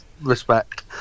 respect